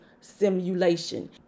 simulation